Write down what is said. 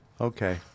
Okay